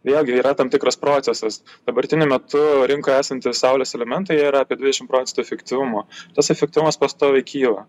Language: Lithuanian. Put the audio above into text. vėlgi yra tam tikras procesas dabartiniu metu rinkoje esantys saulės elementai jie yra apie dvidešim procentų efektyvumo tas efektyvumas pastoviai kyla